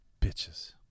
bitches